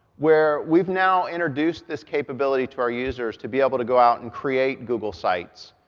where we've now introduced this capability to our users, to be able to go out and create google sites,